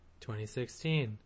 2016